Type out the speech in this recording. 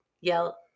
Yell